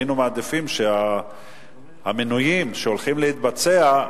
היינו מעדיפים שהמינויים שהולכים להתבצע,